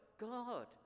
God